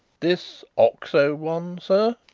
this oxo one, sir?